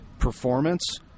performance